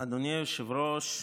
אדוני היושב-ראש,